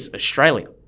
Australia